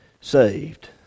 saved